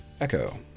Echo